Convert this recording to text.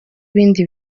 ibindi